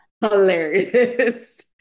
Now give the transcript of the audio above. hilarious